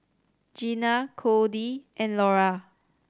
Gena Codey and Lora